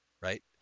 right